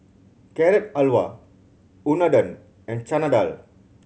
Carrot Halwa Unadon and Chana Dal